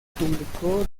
publicó